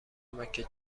مکه